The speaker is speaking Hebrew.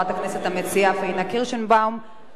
לעלות ולהגיב, גם כן שלוש דקות.